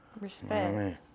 Respect